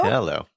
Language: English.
Hello